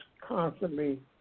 constantly